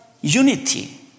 unity